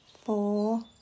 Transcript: four